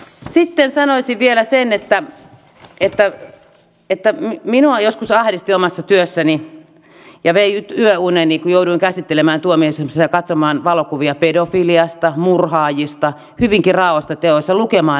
sitten sanoisin vielä sen että minua joskus ahdisti omassa työssäni ja se vei yöuneni kun jouduin tuomioistuimessa käsittelemään ja katsomaan valokuvia pedofiliasta murhaajista hyvinkin raaoista teoista lukemaan näitä asioita